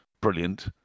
brilliant